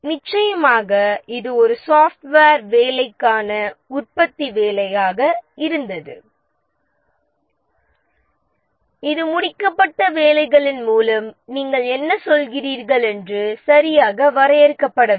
நிச்சயமாக இது ஒரு சாப்ட்வேர் வேலைக்கான உற்பத்தி வேலைக்காக இருந்தது இது முடிக்கப்பட்ட வேலைகளின் மூலம் நீங்கள் என்ன சொல்கிறீர்கள் என்று சரியாக வரையறுக்கப்படவில்லை